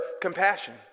compassion